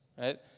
right